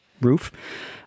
roof